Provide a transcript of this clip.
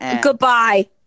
goodbye